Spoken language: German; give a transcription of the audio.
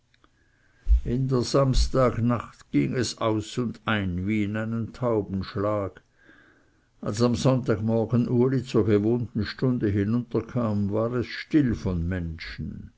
in der samstagnacht ging es aus und ein wie in einem taubenhaus als am sonntagmorgen uli zur gewohnten stunde hinunterkam war es still von menschen